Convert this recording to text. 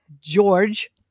George